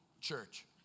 church